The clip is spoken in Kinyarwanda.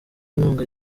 inkunga